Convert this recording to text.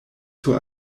sur